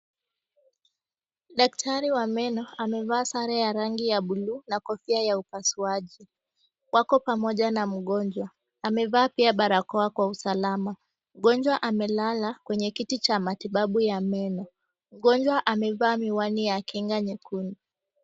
Daktari wa meno amevaa sare ya rangi ya blue na kofia ya upasuaji. Wako pamoja na mgonjwa. Amevaa pia barakoa kwa usalama. Mgonjwa amelala kwenye kiti cha matibabu ya meno. Mgonjwa amevaa miwani ya kinga nyekundu.